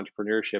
entrepreneurship